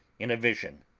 in a vision.